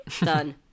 Done